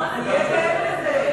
תהיה גאה בזה.